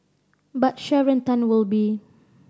but Sharon Tan will be